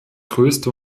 größte